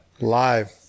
Live